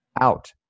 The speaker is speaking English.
out